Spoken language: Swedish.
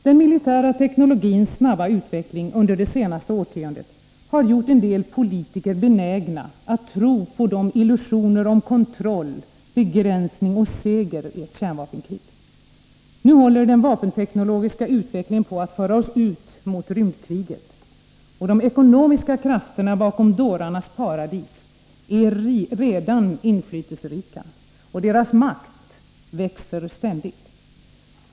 Den militära teknologins snabba utveckling under det senaste årtiondet har gjort en del politiker benägna att tro på illusionerna om kontroll och begränsning av samt seger i ett kärnvapenkrig. Nu håller den vapenteknologiska utvecklingen på att föra oss ut mot rymdkriget. De ekonomiska krafterna bakom ”dårarnas paradis” är redan inflytelserika, och deras makt växer ständigt.